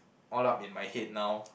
all up in my head now